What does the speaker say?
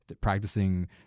practicing